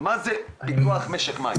מה זה פיתוח משק מים?